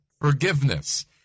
forgiveness